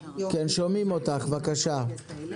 בבקשה.